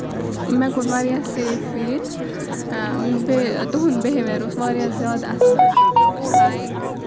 مےٚ کوٚر واریاہ سیف فیٖل بیٚیہِ تُہُنٛد بِہیویر اوس واریاہ زیادٕ اَصٕل پولایِٹ